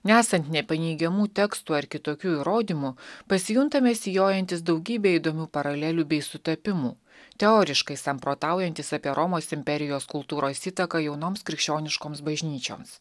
nesant nepaneigiamų tekstų ar kitokių įrodymų pasijuntame sijojantys daugybę įdomių paralelių bei sutapimų teoriškai samprotaujantys apie romos imperijos kultūros įtaką jaunoms krikščioniškoms bažnyčioms